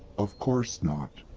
of course not.